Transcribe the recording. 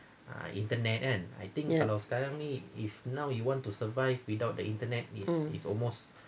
yup um